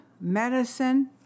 medicine